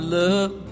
love